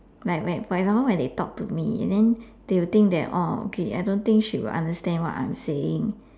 like like for example when they talk to me and then they will think that oh okay I don't think she will understand what I'm saying